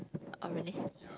orh really